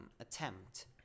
attempt